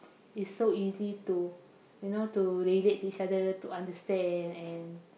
it's so easy to you know to relate to each other to understand and